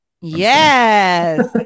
Yes